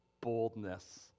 boldness